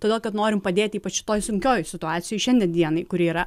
todėl kad norim padėti ypač šitoj sunkioj situacijoj šiandien dienai kuri yra